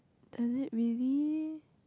does it really